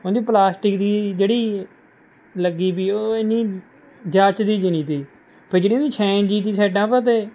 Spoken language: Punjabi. ਉਹਨਾਂ ਦੀ ਪਲਾਸਟਿਕ ਦੀ ਜਿਹੜੀ ਲੱਗੀ ਵੀ ਉਹ ਇੰਨੀ ਜੱਚਦੀ ਜਿਹੀ ਨਹੀਂ ਤੀ ਫੇਰ ਜਿਹੜੀ ਉਹਦੀ ਸ਼ਾਇਨ ਜਿਹੀ ਤੀ ਸਾਇਡਾਂ ਪਾ 'ਤੇ